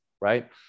right